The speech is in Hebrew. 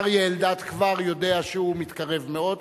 אריה אלדד כבר יודע שהוא מתקרב מאוד,